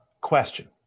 question